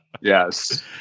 Yes